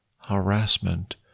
harassment